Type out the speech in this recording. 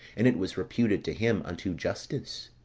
and it was reputed to him unto justice?